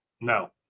No